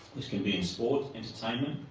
this can be in sport, entertainment,